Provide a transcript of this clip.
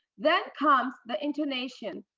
then comes the intonation.